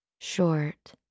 short